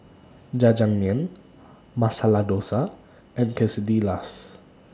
Jajangmyeon Masala Dosa and Quesadillas